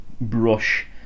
brush